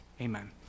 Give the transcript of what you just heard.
Amen